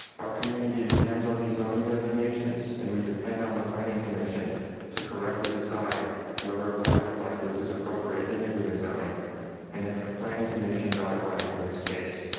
our community depends on the zoning designations. and we depend on the planning commission to correctly decide whether a project like this is appropriate in a given zoning and the planning commission got it right in this case.